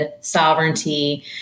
sovereignty